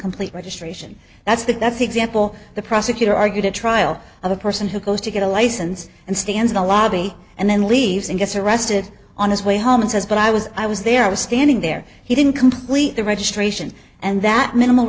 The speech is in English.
complete registration that's the that's the example the prosecutor argued at trial of a person who goes to get a license and stands to lobby and then leaves and gets arrested on his way home and says but i was i was there i was standing there he didn't complete the registration and that minimal